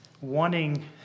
wanting